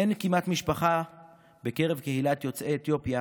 אין כמעט משפחה בקרב קהילת יוצאי אתיופיה